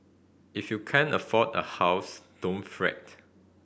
if you can't afford a house don't fret